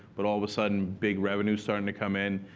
but all of a sudden, big revenue's starting to come in.